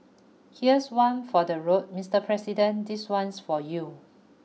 here's one for the road Mister President this one's for you